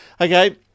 Okay